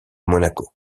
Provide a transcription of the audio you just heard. monaco